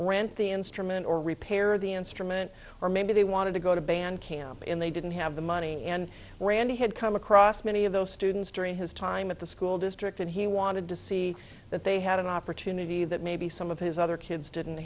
rent the instrument or repair the instrument or maybe they wanted to go to band camp and they didn't have the money and randy had come across many of those students during his time at the school district and he wanted to see that they had an opportunity that maybe some of his other kids didn't